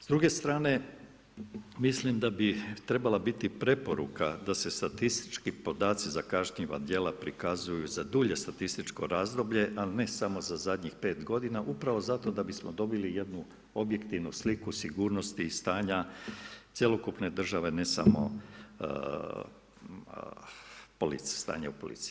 S druge strane mislim da bi trebala biti preporuka da se statistički podaci za kažnjiva djela prikazuju za dulje statističko razdoblje, ali ne samo za zadnjih 5 g. upravo zato da bismo dobili jednu objektivnu sliku sigurnosti i stanja cjelokupne države, ne samo policije, stanje u policiji.